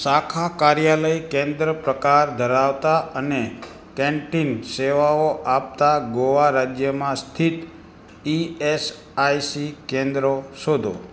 શાખા કાર્યાલય કેન્દ્ર પ્રકાર ધરાવતાં અને કેન્ટીન સેવાઓ આપતાં ગોવા રાજ્યમાં સ્થિત ઇ એસ આઇ સી કેન્દ્રો શોધો